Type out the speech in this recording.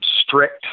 strict